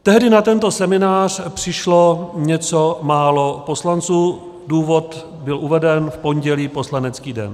Tehdy na tento seminář přišlo něco málo poslanců, důvod byl uveden pondělí, poslanecký den.